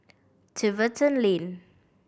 Tiverton Lane